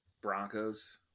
Broncos